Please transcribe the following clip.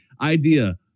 idea